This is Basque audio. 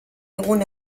gune